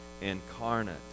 incarnate